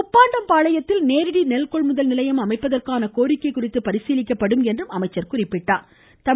குப்பாண்டம் பாளையத்தில் நேரடி நெல் கொள்முதல் நிலையம் அமைப்பதற்கான கோரிக்கை குறித்து பரிசீலிக்கப்படும் என்றார்